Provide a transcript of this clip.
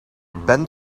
ben